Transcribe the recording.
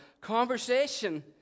Conversation